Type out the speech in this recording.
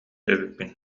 эбиппин